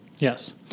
Yes